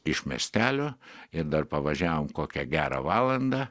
iš miestelio ir dar pavažiavom kokią gerą valandą